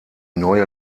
neue